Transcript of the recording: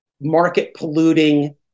market-polluting